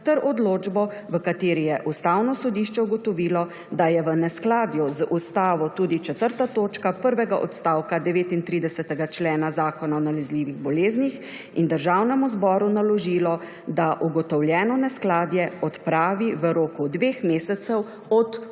ter odločbo, v kateri je Ustavno sodišče ugotovilo, da je v neskladju z Ustavo tudi četrta točka prvega odstavka 39. člena Zakona o nalezljivih boleznih in Državnemu zboru naložilo, da ugotovljeno neskladje odpravi v roku dveh mesecev od objave